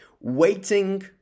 Waiting